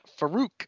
Farouk